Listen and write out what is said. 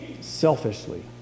selfishly